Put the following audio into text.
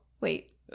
Wait